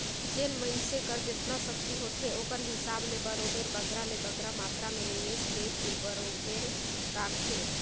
जेन मइनसे कर जेतना सक्ति होथे ओकर हिसाब ले बरोबेर बगरा ले बगरा मातरा में निवेस कइरके बरोबेर राखथे